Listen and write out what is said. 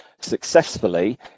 successfully